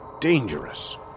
dangerous